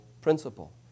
principle